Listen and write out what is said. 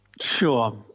Sure